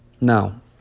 Now